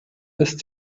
ist